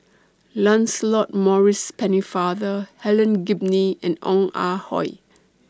Lancelot Maurice Pennefather Helen Gilbey and Ong Ah Hoi